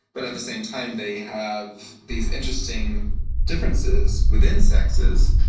but at the same time they have these interesting differences within sexes.